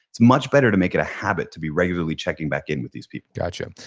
it's much better to make it a habit to be regularly checking back in with these people gotcha.